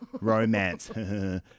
Romance